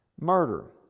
Murder